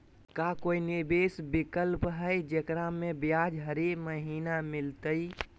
का कोई निवेस विकल्प हई, जेकरा में ब्याज हरी महीने मिलतई?